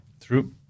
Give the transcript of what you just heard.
True